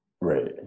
Right